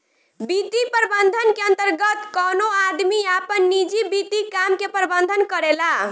वित्तीय प्रबंधन के अंतर्गत कवनो आदमी आपन निजी वित्तीय काम के प्रबंधन करेला